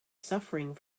suffering